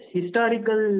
Historical